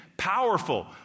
Powerful